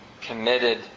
committed